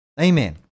Amen